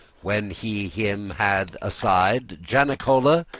when he him had aside janicola,